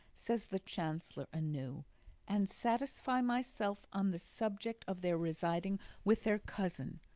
says the chancellor anew, and satisfy myself on the subject of their residing with their cousin.